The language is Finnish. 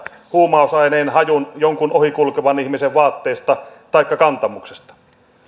huumausaineen hajun jonkun ohikulkevan ihmisen vaatteista taikka kantamuksesta